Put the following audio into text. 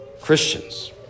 Christians